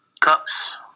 Cups